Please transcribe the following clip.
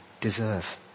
deserve